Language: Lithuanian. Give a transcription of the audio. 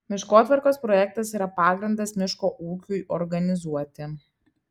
miškotvarkos projektas yra pagrindas miško ūkiui organizuoti